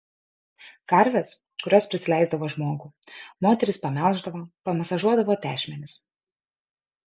karves kurios prisileisdavo žmogų moterys pamelždavo pamasažuodavo tešmenis